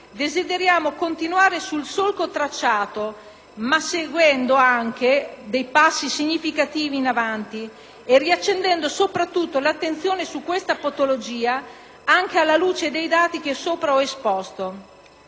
desideriamo continuare sul solco tracciato, segnando anche dei passi significativi in avanti, riaccendendo soprattutto l'attenzione su questa patologia anche alla luce dei dati che ho esposto.